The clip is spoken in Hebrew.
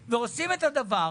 מתפזרת; ועושים את הדבר,